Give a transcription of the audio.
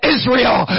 Israel